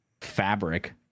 fabric